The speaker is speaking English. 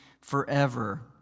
forever